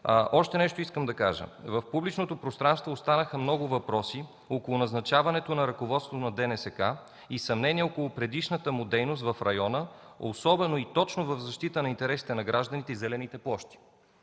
Още нещо искам да кажа – в публичното пространство станаха много въпроси около назначаването на ръководствата ДНСК и съмнения около предишната дейност в района, особено и точно в защита интересите на гражданите и зелените площ